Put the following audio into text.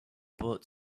bullet